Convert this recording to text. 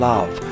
Love